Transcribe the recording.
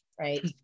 right